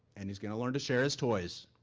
and he's gonna learn to share his toys.